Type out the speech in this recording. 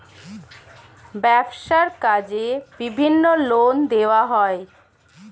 ব্যবসার কাজে বিভিন্ন লোন দেওয়া হয়